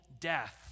death